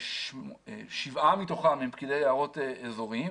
מתוכם שבעה הם פקידי יערות אזוריים